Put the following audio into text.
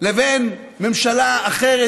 לבין ממשלה אחרת,